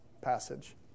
passage